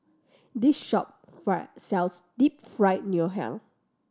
this shop fail sells Deep Fried Ngoh Hiang